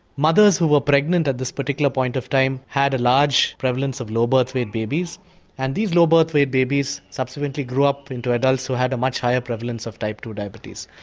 mothers who were pregnant at this particular point of time had a large prevalence of low birth-weight babies and these low birth-weight babies subsequently grew up into adults who had a much higher prevalence of type two diabetes.